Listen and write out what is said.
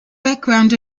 background